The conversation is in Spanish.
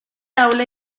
aula